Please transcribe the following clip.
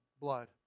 blood